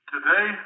Today